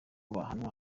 bahanwa